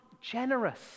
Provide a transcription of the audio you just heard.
generous